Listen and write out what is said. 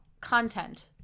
content